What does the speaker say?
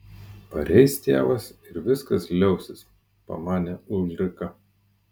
pareis tėvas ir viskas liausis pamanė ulrika